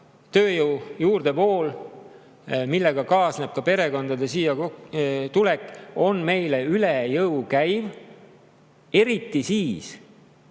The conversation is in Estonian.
tööjõu juurdevool, millega kaasneb ka perekondade siiatulek, on meile üle jõu käiv. Eriti siis,